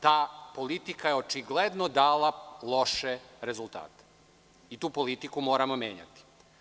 Ta politika je očigledno dala loše rezultate i tu politiku moramo menjati.